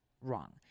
Wrong